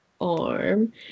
arm